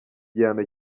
gihano